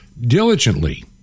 diligently